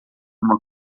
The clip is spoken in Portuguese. uma